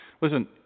Listen